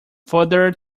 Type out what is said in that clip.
further